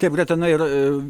taip greta na ir